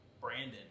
Brandon